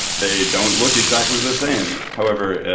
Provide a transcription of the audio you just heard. they don't look exactly the same. however,